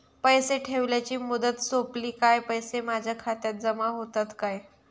पैसे ठेवल्याची मुदत सोपली काय पैसे माझ्या खात्यात जमा होतात काय?